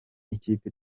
ikipe